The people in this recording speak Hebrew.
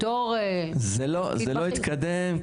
זה לא התקדם,